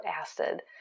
acid